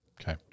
Okay